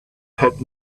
had